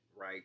right